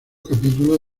capítulo